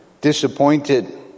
disappointed